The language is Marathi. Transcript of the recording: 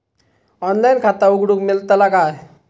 ऑनलाइन खाता उघडूक मेलतला काय?